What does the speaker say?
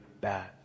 bad